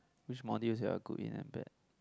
which modules you are good in and bad